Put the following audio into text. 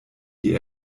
die